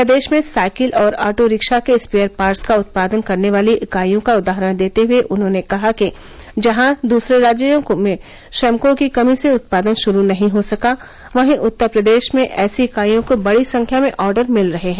प्रदेश में साइकिल और auto rickshaw के स्पेयर पार्ट्स का उत्पादन करने वाली इकाइयों का उदाहरण देते हुए उन्होंने कहा कि जहां दूसरे राज्यों में श्रमिकों की कमी से उत्पादन शुरू नहीं हो सका वहीं उत्तर प्रदेश में ऐसी इकाइयों को बड़ी संख्या में ऑर्डर मिल रहे हैं